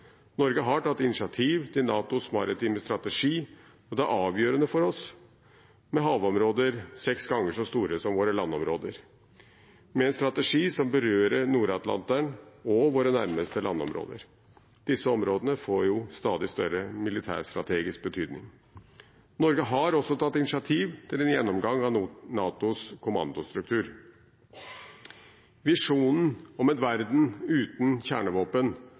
Norge har tatt initiativ til NATOs maritime strategi, og det er avgjørende for oss med havområder seks ganger så store som våre landområder med en strategi som berører Nord-Atlanteren og våre nærmeste landområder. Disse områdene får stadig større militærstrategisk betydning. Norge har også tatt initiativ til en gjennomgang av NATOs kommandostruktur. Visjonen om en verden uten kjernevåpen